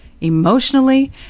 emotionally